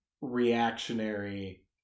reactionary